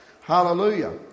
Hallelujah